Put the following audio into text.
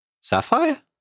Sapphire